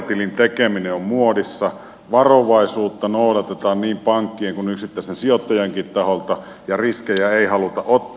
kertatilin tekeminen on muodissa varovaisuutta noudatetaan niin pankkien kuin yksittäisten sijoittajienkin taholta ja riskejä ei haluta ottaa